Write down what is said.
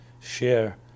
share